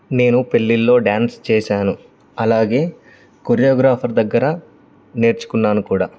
నేను పెళ్ళిల్లో డ్యాన్స్ చేశాను అలాగే కొరియోగ్రాఫర్ దగ్గర నేర్చుకున్నాను కూడా